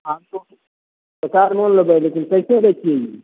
आलू पचास मोन लेबै मगर कैसे दै छिही